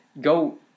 go